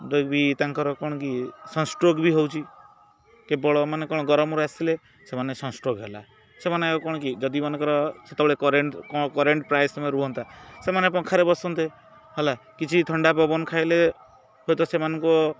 ତାଙ୍କର କ'ଣ କି ସନ୍ଷ୍ଟ୍ରୋକ୍ ବି ହେଉଛି କେବଳ ମାନେ କ'ଣ ଗରମରୁ ଆସିଲେ ସେମାନେ ସନ୍ଷ୍ଟ୍ରୋକ୍ ହେଲା ସେମାନେ ଆଉ କ'ଣ କି ଯଦି ମନେକର ସେତେବେଳେ କରେଣ୍ଟ୍ କ'ଣ କରେଣ୍ଟ୍ ପ୍ରାୟ ସମୟ ରୁହନ୍ତା ସେମାନେ ପଙ୍ଖାରେ ବସନ୍ତେ ହେଲା କିଛି ଥଣ୍ଡା ପବନ ଖାଇଲେ ହୁଏତ ସେମାନଙ୍କୁ